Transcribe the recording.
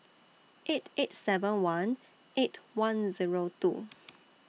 eight eight seven one eight one Zero two